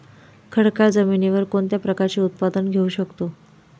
खडकाळ जमिनीवर कोणत्या प्रकारचे उत्पादन घेऊ शकतो?